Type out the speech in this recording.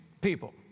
people